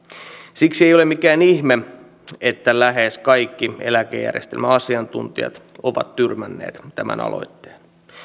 siksi ei ole mikään ihme että lähes kaikki eläkejärjestelmän asiantuntijat ovat tyrmänneet tämän aloitteen